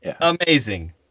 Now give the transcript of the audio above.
Amazing